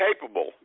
capable